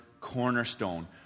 cornerstone